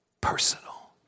personal